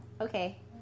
Okay